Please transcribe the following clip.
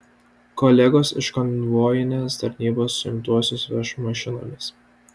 kolegos iš konvojinės tarnybos suimtuosius veš mašinomis